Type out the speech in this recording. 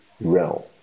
realm